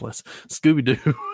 Scooby-Doo